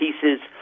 pieces